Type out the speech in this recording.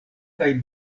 kaj